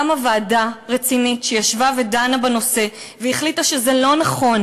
קמה ועדה רצינית שישבה ודנה בנושא והחליטה שזה לא נכון.